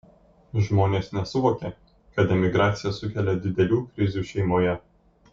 žmonės nesuvokia kad emigracija sukelia didelių krizių šeimoje